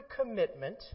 commitment